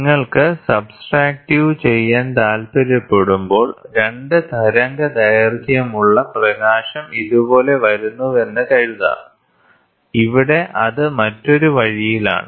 നിങ്ങൾക്ക് സബ്ട്രാക്റ്റീവ് ചെയ്യാൻ താൽപ്പര്യപ്പെടുമ്പോൾ 2 തരംഗദൈർഘ്യമുള്ള പ്രകാശം ഇതുപോലെ വരുന്നുവെന്ന് കരുതാം ഇവിടെ അത് മറ്റൊരു വഴിയിലാണ്